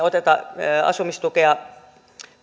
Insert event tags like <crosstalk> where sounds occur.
<unintelligible> oteta asumistukea